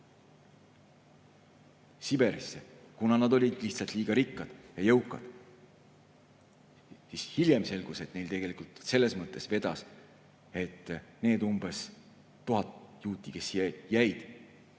Siberisse, kuna nad olid lihtsalt liiga rikkad ja jõukad, siis hiljem selgus, et neil tegelikult vedas, sest need umbes 1000 juuti, kes siia